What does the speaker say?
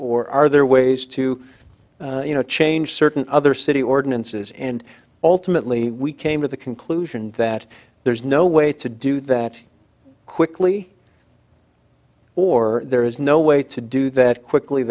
or are there ways to you know change certain other city ordinances and ultimately we came to the conclusion that there's no way to do that quickly or there is no way to do that quickly